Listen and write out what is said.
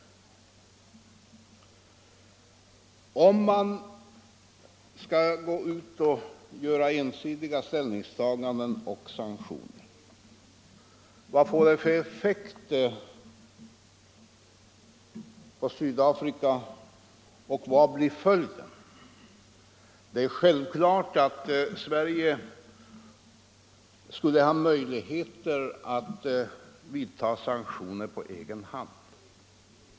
Vad kan entydiga ställningstaganden och sanktioner få för effekt på Sydafrika? Det är självklart att Sverige har möjligheter att vidta sanktioner på egen hand.